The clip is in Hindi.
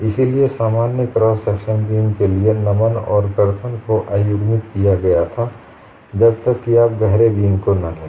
इसलिए सामान्य क्रॉस सेक्शन बीम के लिए नमन और कर्तन को अयुग्मित किया गया था जब तक कि आप गहरे बीम को न देखें